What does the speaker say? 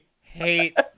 hate